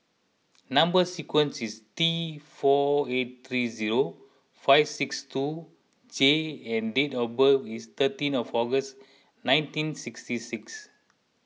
Number Sequence is T four eight three zero five six two J and date of birth is thirteen of August nineteen sixty six